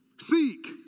Seek